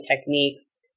techniques